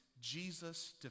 Jesus